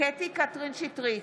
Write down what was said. קטי קטרין שטרית,